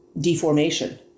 deformation